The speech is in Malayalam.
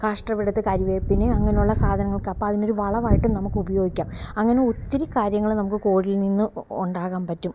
കാഷ്ടമെടുത്ത് കരിവേപ്പിന് അങ്ങനെയുള്ള സാധനങ്ങൾക്കാണ് അപ്പം അതിനൊരു വളമായിട്ടും നമുക്ക് ഉപയോഗിക്കാം അങ്ങനെ ഒത്തിരി കാര്യങ്ങളെ നമുക്ക് കോഴിയിൽ നിന്ന് ഉണ്ടാക്കാൻ പറ്റും